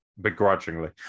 begrudgingly